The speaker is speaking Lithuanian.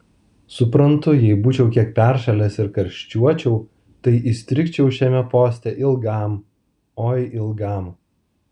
suprantu jei būčiau kiek peršalęs ir karščiuočiau tai įstrigčiau šiame poste ilgam oi ilgam